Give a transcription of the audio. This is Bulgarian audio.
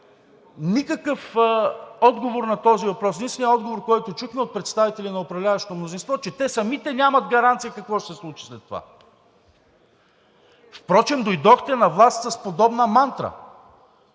никакъв отговор на този въпрос. Единственият отговор, който чухме от представители на управляващото мнозинство, е, че те самите нямат гаранция какво ще се случи след това. Дойдохте на власт с подобна мантра